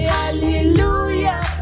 hallelujah